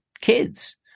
kids